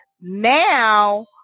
now